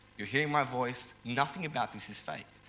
you're hearing my voice, nothing about this is fake.